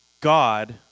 God